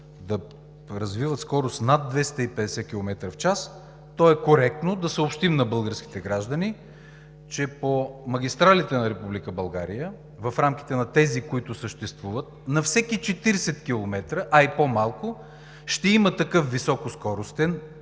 да развиват скорост над 250 км/ч, то е коректно да съобщим на българските граждани, че по магистралите на Република България, в рамките на тези, които съществуват – на всеки 40 км, а и по-малко, ще има такъв високоскоростен,